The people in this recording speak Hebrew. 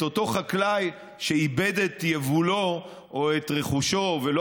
את אותו חקלאי שאיבד את יבולו או את רכושו ולא